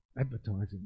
advertising